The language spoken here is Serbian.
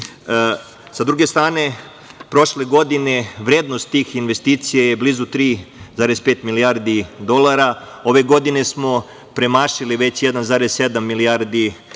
Sa druge strane, prošle godine, vrednost tih investicija je blizu 3,5 milijardi dolara. Ove godine smo premašili već 1,7 milijardi evra